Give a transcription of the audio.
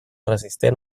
resistent